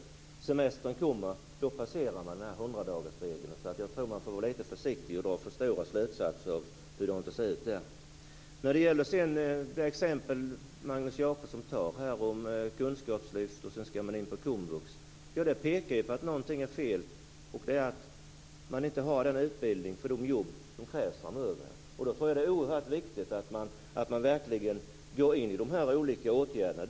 När sedan semestern kommer passerar man hundradagarsgränsen. Jag tror att man skall vara lite försiktig och inte dra för stora slutsatser av hur det ser ut där. Magnus Jacobsson tog upp exemplet med att man först deltar i kunskapslyftet och sedan skall in på komvux. Det pekar ju på att någonting är fel. Man har inte den utbildning som krävs för de jobb som finns. Jag tror att det är oerhört viktigt att man verkligen går in i de olika åtgärderna.